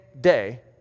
day